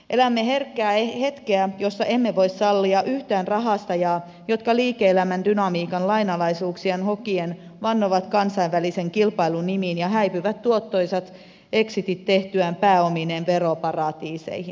elämme herkkää hetkeä jossa emme voi sallia yhtään rahastajaa joka liike elämän dynamiikan lainalaisuuksiaan hokien vannoo kansainvälisen kilpailun nimiin ja häipyy tuottoisat exitit tehtyään pääomineen veroparatiiseihin